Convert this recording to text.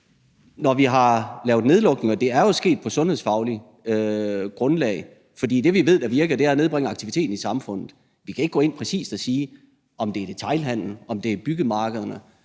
når vi har lavet nedlukninger, er det jo sket på et sundhedsfagligt grundlag. For det, vi jo ved virker, er at nedbringe aktiviteten i samfundet. Vi kan ikke gå ind præcis og sige, om det er detailhandelen, om det er byggemarkederne,